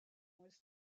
was